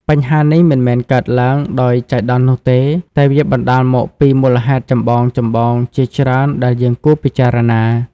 បញ្ហានេះមិនមែនកើតឡើងដោយចៃដន្យនោះទេ តែវាបណ្តាលមកពីមូលហេតុចម្បងៗជាច្រើនដែលយើងគួរពិចារណា។